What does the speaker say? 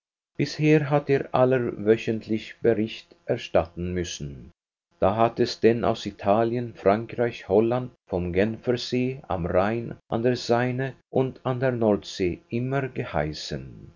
bisher hatte er allwöchentlich bericht erstatten müssen da hatte es denn aus italien frankreich holland vom genfersee am rhein an der seine und an der nordsee immer geheißen